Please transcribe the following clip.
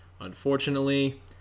unfortunately